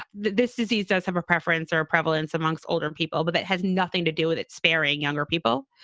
this disease does have a preference or a prevalence amongst older people, but it has nothing to do with it sparing younger people.